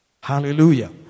Hallelujah